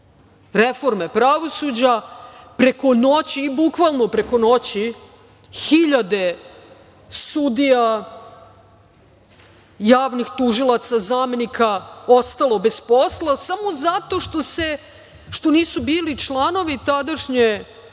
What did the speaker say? reforme pravosuđa, preko noći i bukvalno preko noći, hiljade sudija, javnih tužilaca, zamenika, ostalo bez posla, samo zato što nisu bili članovi tadašnje